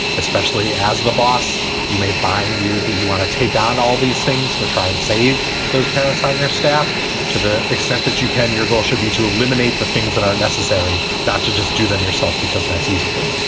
especially as the boss you may find you that you want to take on all these things to try and save those parents on your staff to the extent that you can. your goal should be to eliminate the things that are necessary, not to just do them yourself, because that's easier,